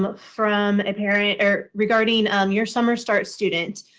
but from a parent or regarding your summer start student.